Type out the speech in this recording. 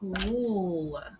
Cool